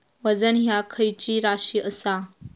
वजन ह्या खैची राशी असा?